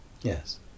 Yes